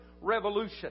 revolution